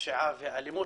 הפשיעה והאלימות,